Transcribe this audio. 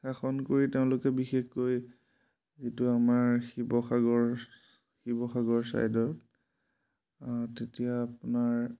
শাসন কৰি তেওঁলোকে বিশেষকৈ যিটো আমাৰ শিৱসাগৰ শিৱসাগৰ চৰাইদেউ তেতিয়া আপোনাৰ